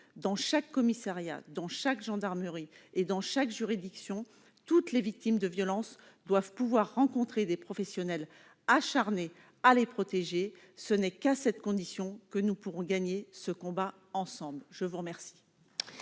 Dans chaque commissariat, dans chaque gendarmerie et dans chaque juridiction, toutes les victimes de violences doivent pouvoir rencontrer des professionnels acharnés à les protéger. Ce n'est qu'à cette condition que nous pourrons gagner ce combat ensemble ! La parole